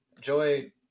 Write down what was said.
Joy